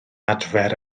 adfer